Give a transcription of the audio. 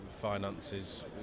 finances